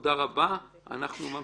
תודה רבה, אנחנו ממשיכים.